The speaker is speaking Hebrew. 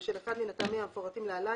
בשל אחד מן הטעמים המפורטים להלן,